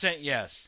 yes